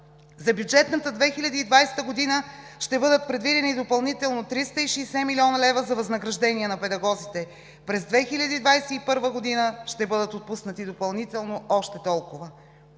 За бюджетната 2020 г. ще бъдат предвидени допълнително 360 млн. лв. за възнаграждения на педагозите, през 2021 г. ще бъдат отпуснати допълнително още толкова.